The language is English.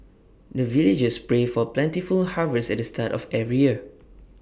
the villagers pray for plentiful harvest at the start of every year